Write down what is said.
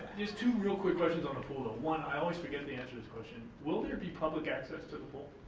there's two real quick questions on the pool though. one, i always forget the answer to this question, will there be public access to the pool?